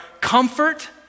comfort